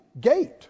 Gate